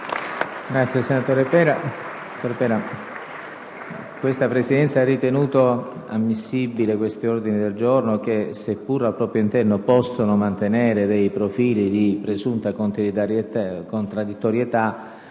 Senatore Pera, questa Presidenza ha ritenuto ammissibili tali mozioni che, seppur al proprio interno possono mantenere profili di presunta contradditorietà,